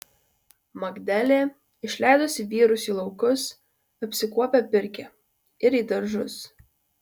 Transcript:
magdelė išleidusi vyrus į laukus apsikuopia pirkią ir į daržus